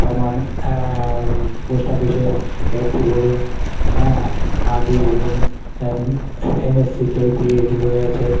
যেমন পোস্ট অফিসের এফডি বলুন হ্যাঁ আরডি বলুন এনএসিকেপি এগুলো রয়েছে